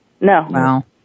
No